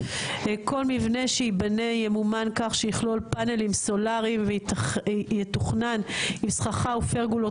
כל מבנה שייבנה ימומן כך שיכלול פאנלים סולאריים ויתוכנן עם סככה ופרגולות